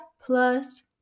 plus